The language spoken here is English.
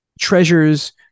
treasures